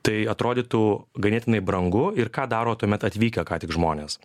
tai atrodytų ganėtinai brangu ir ką daro tuomet atvykę ką tik žmonės